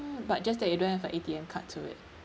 but just that you don't have a A_T_M card to it